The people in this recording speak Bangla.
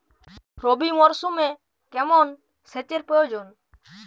রবি মরশুমে কেমন সেচের প্রয়োজন?